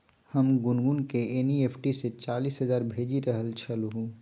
हम गुनगुनकेँ एन.ई.एफ.टी सँ चालीस हजार भेजि रहल छलहुँ